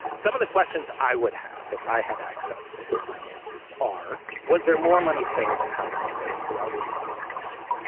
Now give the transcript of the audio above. some of the questions i would have if i had access to his finances are. was there more money paid and how was that paid for? that would be one question.